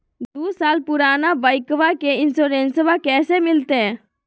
दू साल पुराना बाइकबा के इंसोरेंसबा कैसे मिलते?